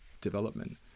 development